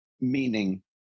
Meaning